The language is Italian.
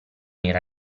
era